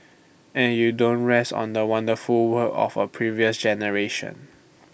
and you don't rest on the wonderful work of A previous generation